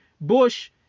Bush